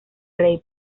rey